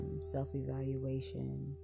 self-evaluation